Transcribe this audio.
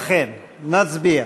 לכן נצביע